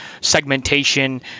segmentation